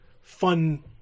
fun